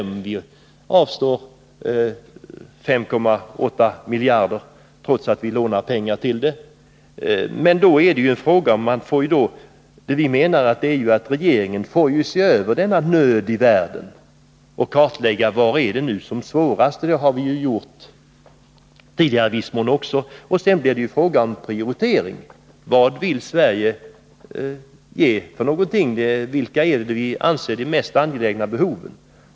Vi avstår dock 5,8 miljarder till u-landsbistånd, trots att vi lånar pengar till det. Centern menar att regeringen får gå igenom nöden i världen och kartlägga var det är som svårast, såsom den också tidigare i viss mån har gjort. Sedan blir det fråga om en prioritering av det som Sverige ger, på det som vi anser vara de mest angelägna behoven.